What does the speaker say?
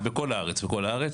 בכל הארץ.